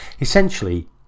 Essentially